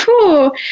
cool